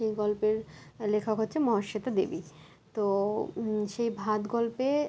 সেই গল্পের লেখক হচ্ছে মহেশ্বেতা দেবী তো সেই ভাত গল্পে